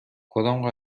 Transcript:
کدام